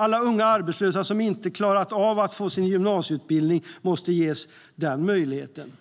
Alla unga arbetslösa som inte har klarat av att få sin gymnasieutbildning måste ges den möjligheten.